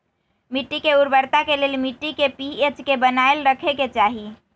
मिट्टी के उर्वरता के लेल मिट्टी के पी.एच के बनाएल रखे के चाहि